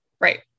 Right